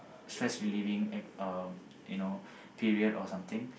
stress relieving uh you know period or something